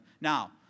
Now